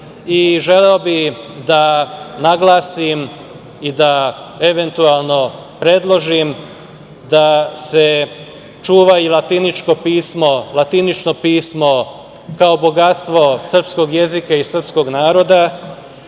Srbiji. Želeo bi da naglasim i da, eventualno predložim da se čuva i latiničko pismo kao bogatstvo srpskog jezika i srpskog naroda.